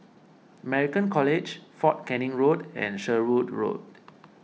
American College fort Canning Road and Sherwood Road